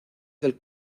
del